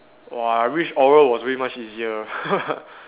!wah! I wish oral was way much easier